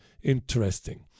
Interesting